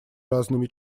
разными